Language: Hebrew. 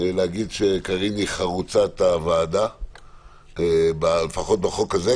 להגיד שקארין היא חרוצת הוועדה לפחות בחוק הזה,